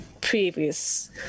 previous